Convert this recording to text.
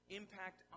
impact